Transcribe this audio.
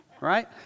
right